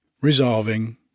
resolving